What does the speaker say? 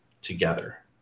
together